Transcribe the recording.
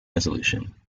resolution